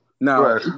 Now